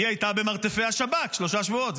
היא הייתה במרתפי השב"כ שלושה שבועות,